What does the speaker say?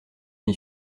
m’y